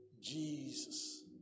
Jesus